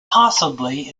possibly